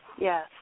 yes